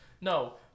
No